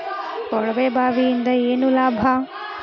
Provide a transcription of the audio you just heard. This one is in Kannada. ಕೊಳವೆ ಬಾವಿಯಿಂದ ಏನ್ ಲಾಭಾ?